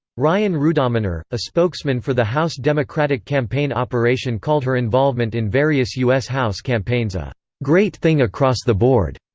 ryan rudominer, a spokesman for the house democratic campaign operation called her involvement in various u s. house campaigns a great thing across the board.